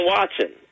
Watson